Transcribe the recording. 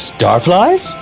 Starflies